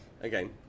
again